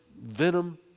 venom